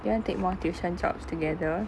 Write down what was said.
you want to take more tuition jobs together